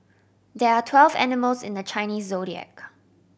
there are twelve animals in the Chinese Zodiac